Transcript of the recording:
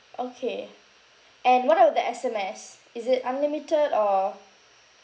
okay and what about the S_M_S is it unlimited or